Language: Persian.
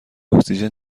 اکسیژن